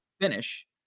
finish